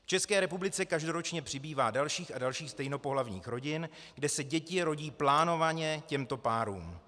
V České republice každoročně přibývá dalších a dalších stejnopohlavních rodin, kde se děti rodí plánovaně těmto párům.